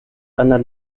einer